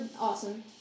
awesome